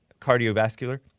cardiovascular